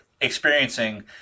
experiencing